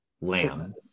Lamb